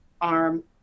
arm